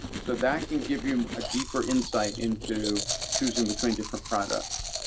so that can give you a deeper insight into choosing between different products.